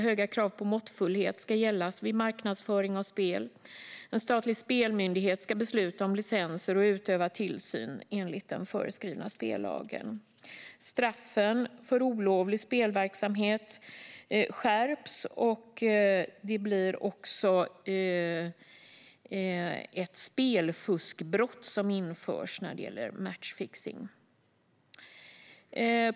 Höga krav på måttfullhet ska gälla vid marknadsföring av spel. En statlig spelmyndighet ska besluta om licenser och utöva tillsyn enligt den föreslagna spellagen. Straffen för olovlig spelverksamhet skärps, och ett spelfuskbrott införs när det gäller matchfixning.